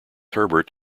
herbert